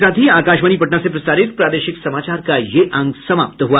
इसके साथ ही आकाशवाणी पटना से प्रसारित प्रादेशिक समाचार का ये अंक समाप्त हुआ